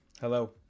Hello